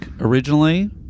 Originally